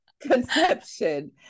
Conception